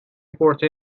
پورتر